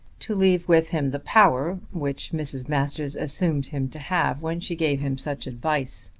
to leave with him the power which mrs. masters assumed him to have when she gave him such advice.